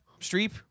Streep